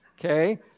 Okay